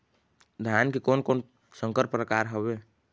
धान के कोन कोन संकर परकार हावे?